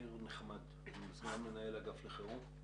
ניר נחמד, סגן מנהל אגף לחירום.